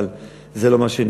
אבל לא זה מה שנראה.